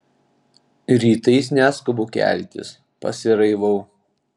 rytais neskubu keltis pasiraivau